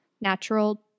natural